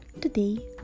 today